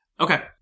Okay